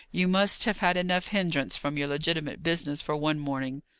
you must have had enough hindrance from your legitimate business for one morning.